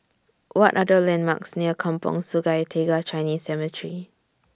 What Are The landmarks near Kampong Sungai Tiga Chinese Cemetery